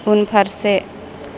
उनफारसे